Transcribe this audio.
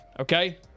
okay